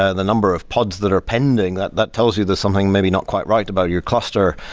ah and the number of pods that are pending, that that tells you that something may be not quite right about your cluster.